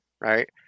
Right